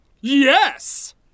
Yes